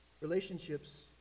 Relationships